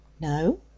No